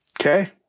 Okay